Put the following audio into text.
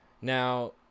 now